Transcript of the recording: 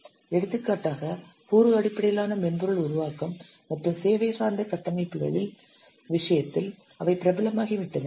எடுத்துக்காட்டாக கூறு அடிப்படையிலான மென்பொருள் உருவாக்கம் மற்றும் சேவை சார்ந்த கட்டமைப்புகளின் விஷயத்தில் அவை பிரபலமாகிவிட்டன